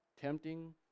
Tempting